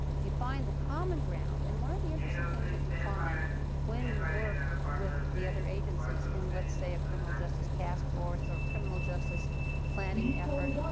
you find the common ground. and one of the interesting things that you find when you work with the other agencies in, let's say, a criminal justice task force or criminal justice planning effort,